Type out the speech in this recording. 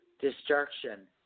destruction